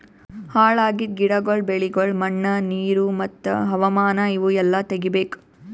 ಹಾಳ್ ಆಗಿದ್ ಗಿಡಗೊಳ್, ಬೆಳಿಗೊಳ್, ಮಣ್ಣ, ನೀರು ಮತ್ತ ಹವಾಮಾನ ಇವು ಎಲ್ಲಾ ತೆಗಿಬೇಕು